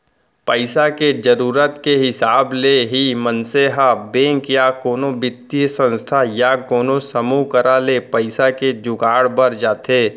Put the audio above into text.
पइसा के जरुरत के हिसाब ले ही मनसे ह बेंक या कोनो बित्तीय संस्था या कोनो समूह करा ले पइसा के जुगाड़ बर जाथे